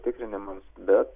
tikrinimams bet